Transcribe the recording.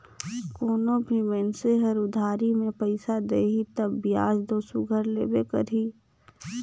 कोनो भी मइनसे हर उधारी में पइसा देही तब बियाज दो सुग्घर लेबे करही